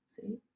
see